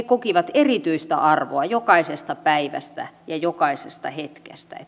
kokivat erityistä arvoa jokaisesta päivästä ja jokaisesta hetkestä